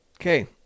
Okay